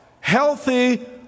healthy